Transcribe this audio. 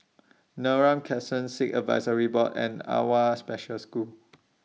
Neram Crescent Sikh Advisory Board and AWWA Special School